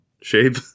shape